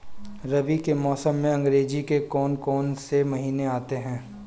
रबी के मौसम में अंग्रेज़ी के कौन कौनसे महीने आते हैं?